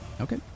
Okay